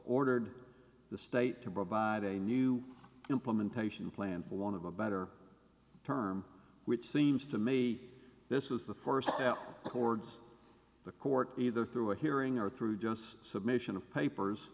ordered the state to provide a new implementation plan one of a better term which seems to me this is the first now towards the court either through a hearing or through submission of papers